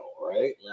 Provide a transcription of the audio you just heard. right